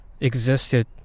existed